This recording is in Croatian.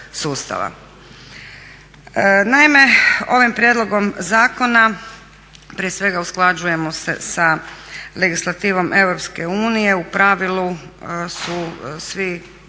Naime, ovim prijedlogom zakona prije svega usklađujemo se sa legislativom Europske unije, u pravilu su svi